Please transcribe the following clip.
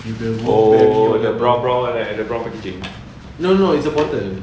oh the brown brown one eh the brown packaging